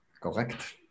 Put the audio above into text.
Correct